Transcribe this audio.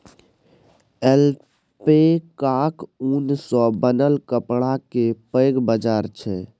ऐल्पैकाक ऊन सँ बनल कपड़ाक पैघ बाजार छै